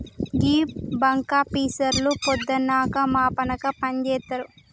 గీ బాంకాపీసర్లు పొద్దనక మాపనక పనిజేత్తరు